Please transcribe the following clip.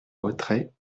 retrait